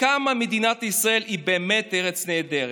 כמה מדינת ישראל היא באמת ארץ נהדרת.